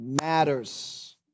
matters